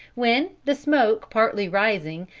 when, the smoke partly rising,